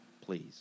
please